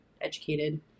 educated